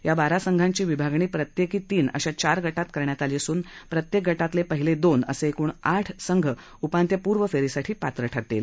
या बारा संघाची विभागणी प्रत्येकी तीन अशा चार गटात करण्यात आली असून प्रत्येक गटातले पहिले दोन असे एकूण आठ संघ उपांत्यपूर्व फेरीसाठी पात्र ठरतील